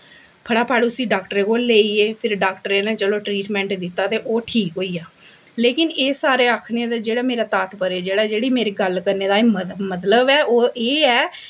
फटोफट उसी डाक्टरें कोल लेई गे फिर डाक्टरै ने चलो ट्रीटमैंट दित्ता ते ओह् ठीक होई गेआ लेकिन एह् सारा आक्खने दा जेह्ड़ा तात्पर्य जेह्ड़ी मेरी गल्ल करने दा मतलब ऐ ओह् एह् ऐ